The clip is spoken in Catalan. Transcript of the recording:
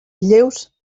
lleus